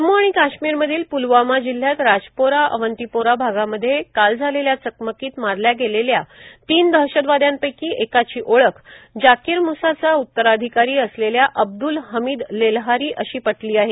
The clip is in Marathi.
जम्मू आणि काश्मीर मधील प्लवामा जिल्ह्यात राजपोरा अवंतीपोरा भागामध्ये काल झालेल्या चकमकीत मारल्या गेलेल्या तीन दहशतवादयांपैकी एकाची ओळख जाकिर मुसाचा उत्तराधिकारी असलेल्या अब्दुल हमीद लेल्हारी अशी पटली आहे